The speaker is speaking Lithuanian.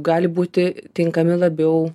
gali būti tinkami labiau